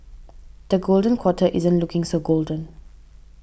the golden quarter isn't looking so golden